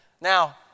Now